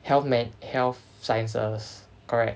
health man~ health sciences correct